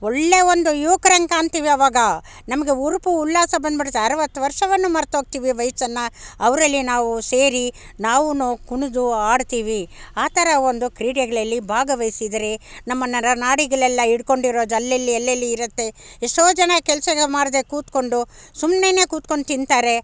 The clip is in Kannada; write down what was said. ಒಳ್ಳೆ ಒಂದು ಯುವಕರಂಗೆ ಕಾಣ್ತೀವಿ ಅವಾಗ ನಮಗೆ ಹುರುಪು ಉಲ್ಲಾಸ ಬಂದ್ಬಿಡುತ್ತೆ ಅರವತ್ತು ವರ್ಷವನ್ನು ಮರೆತೋಗ್ತೀವಿ ವಯಸ್ಸನ್ನು ಅವರಲ್ಲಿ ನಾವು ಸೇರಿ ನಾವುನು ಕುಣಿದು ಆಡ್ತೀವಿ ಆ ಥರ ಒಂದು ಕ್ರೀಡೆಗಳಲ್ಲಿ ಭಾಗವಹಿಸಿದರೆ ನಮ್ಮ ನರ ನಾಡಿಗಳೆಲ್ಲ ಹಿಡ್ಕೊಂಡಿರೋದು ಅಲ್ಲಲ್ಲಿ ಅಲ್ಲಲ್ಲಿ ಇರುತ್ತೆ ಎಷ್ಟೋ ಜನ ಕೆಲಸ ಮಾಡದೇ ಕೂತುಕೊಂಡು ಸುಮ್ನೆಯೇ ಕೂತ್ಕೊಂಡು ತಿಂತಾರೆ